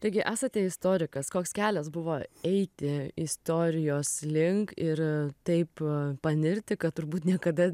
taigi esate istorikas koks kelias buvo eiti istorijos link ir taip panirti kad turbūt niekada